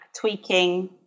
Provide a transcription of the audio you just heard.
tweaking